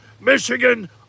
Michigan